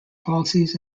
policies